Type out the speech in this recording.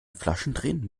flaschendrehen